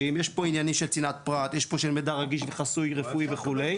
יש פה עניין של צנעת פרט ומידע רגיש בחיסיון רפואי וכו'.